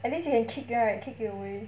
at least you can kick right kick it away